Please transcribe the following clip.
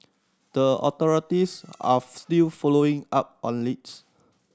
the authorities are still following up on leads